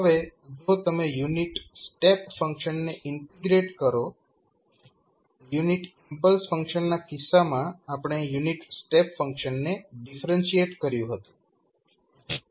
હવે જો તમે યુનિટ સ્ટેપ ફંક્શનને ઇન્ટિગ્રેટ કરો યુનિટ ઇમ્પલ્સ ફંક્શનના કિસ્સામાં આપણે યુનિટ સ્ટેપ ફંક્શનને ડિફરેન્શિઍટ કર્યું હતું